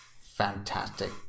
fantastic